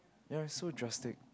there are so drastic